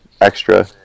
extra